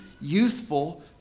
youthful